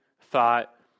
thought